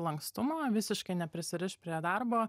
lankstumo visiškai neprisirišt prie darbo